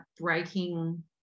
breaking